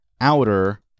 outer